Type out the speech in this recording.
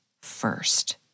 first